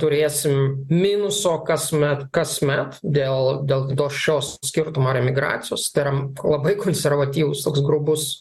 turėsim minuso kasmet kasmet dėl dėl to šio skirtumo ir emigracijos tai yra labai konservatyvus toks grubus